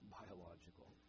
biological